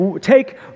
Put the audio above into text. take